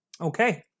Okay